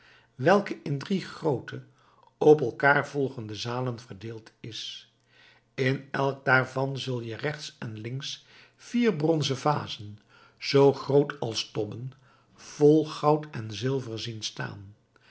welke in drie groote op elkaar volgende zalen verdeeld is in elk daarvan zal je rechts en links vier bronzen vazen zoo groot als tobben vol goud en zilver zien staan